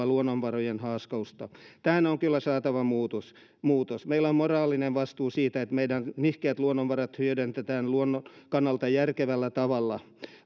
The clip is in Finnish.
luonnonvarojen haaskausta tähän on kyllä saatava muutos muutos meillä on moraalinen vastuu siitä että meidän nihkeät luonnonvarat hyödynnetään luonnon kannalta järkevällä tavalla